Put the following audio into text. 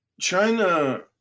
China